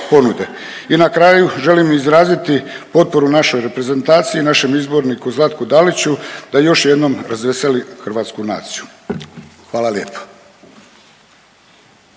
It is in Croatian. I na kraju želim izraziti potporu našoj reprezentaciji i našem izborniku Zlatku Daliću da još jednom razveseli hrvatsku naciju. Hvala lijepo.